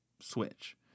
Switch